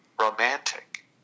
romantic